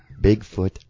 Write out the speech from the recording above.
Bigfoot